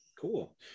Cool